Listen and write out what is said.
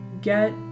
get